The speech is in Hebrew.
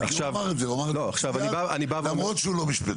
כי הוא אמר את זה, למרות שהוא לא משפטן.